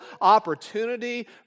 opportunity